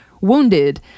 wounded